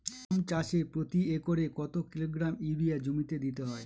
গম চাষে প্রতি একরে কত কিলোগ্রাম ইউরিয়া জমিতে দিতে হয়?